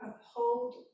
uphold